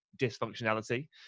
dysfunctionality